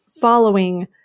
following